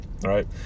right